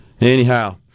Anyhow